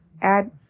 Add